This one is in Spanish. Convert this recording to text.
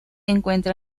encuentra